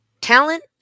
Talent